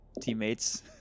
Teammates